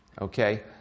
Okay